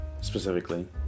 specifically